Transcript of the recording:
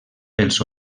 pels